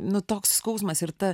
nu toks skausmas ir ta